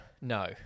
No